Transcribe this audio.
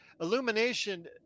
Illumination